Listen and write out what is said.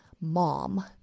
mom